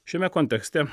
šiame kontekste